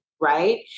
Right